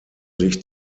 sich